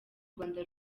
rwanda